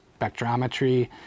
spectrometry